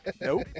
Nope